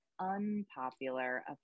unpopular